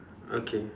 okay